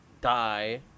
die